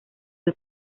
del